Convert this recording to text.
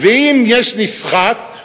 ואם יש נסחט,